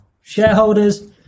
shareholders